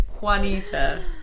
juanita